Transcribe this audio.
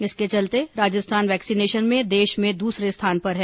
इसके चलते राजस्थान वैक्सीनेशन में देश में दूसरे स्थान पर है